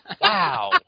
Wow